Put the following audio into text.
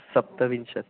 सप्तविंशतिः